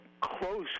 close